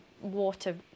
water